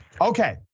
Okay